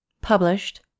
Published